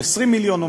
או 20 מיליון,